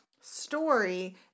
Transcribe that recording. story